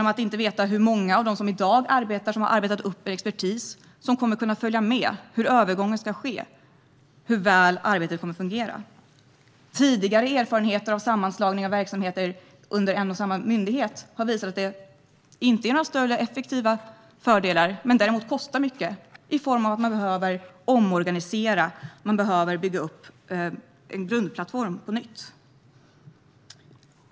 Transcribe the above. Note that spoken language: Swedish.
Man vet heller inte hur många av dem som i dag har arbetat upp en expertis som kan följa med, hur övergången ska ske eller hur väl arbetet kommer att fungera. Tidigare erfarenheter av sammanslagning av verksamheter under en och samma myndighet har visat att det inte innebär några större effektivitetsfördelar men däremot kostar mycket i form av att man behöver omorganisera och bygga upp en grundplattform på nytt.